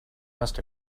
must